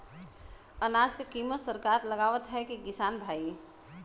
अनाज क कीमत सरकार लगावत हैं कि किसान भाई?